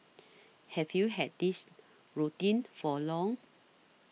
have you had this routine for long